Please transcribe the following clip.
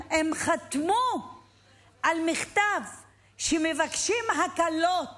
חתמו על מכתב שבו הם מבקשים הקלות